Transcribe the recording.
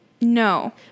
No